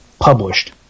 published